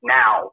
now